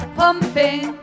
pumping